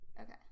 Okay